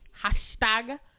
Hashtag